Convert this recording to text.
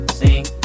sing